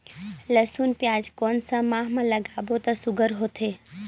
लसुन पियाज कोन सा माह म लागाबो त सुघ्घर होथे?